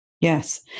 Yes